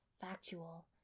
Factual